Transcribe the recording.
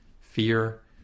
fear